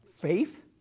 faith